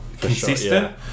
Consistent